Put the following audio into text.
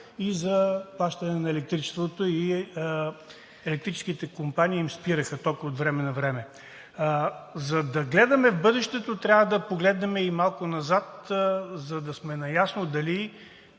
и плащане на електричеството и електрическите компании им спираха тока от време на време. За да гледаме в бъдещето, трябва да погледнем и малко назад, за да сме наясно дали